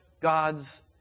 God's